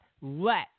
let